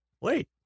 wait